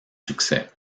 succès